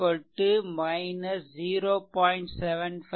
i3 0